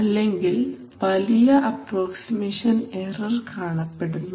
അല്ലെങ്കിൽ വലിയ approximation error കാണപ്പെടുന്നു